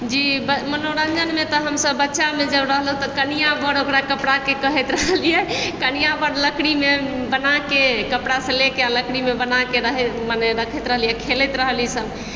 जी मनोरञ्जनमे तऽ हमसब बच्चामे जब रहलहुँ तब कनिआँ बर ओकरा कपड़ाके कहैत रहलि कनिआँ बर लकड़ीमे बनाके कपड़ा सब लए कऽ आओर लकड़ीमे बनाके रहैए माने रखैत रहलियै खेलैत रहलियै सब